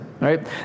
right